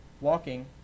walking